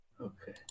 Okay